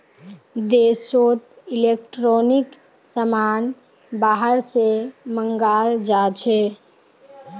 देशोत इलेक्ट्रॉनिक समान बाहर से मँगाल जाछे